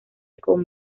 con